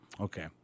Okay